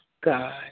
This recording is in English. God